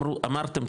אמרתם,